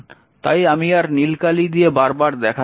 তাই আমি আর নীল কালি দিয়ে বারবার দেখাচ্ছি না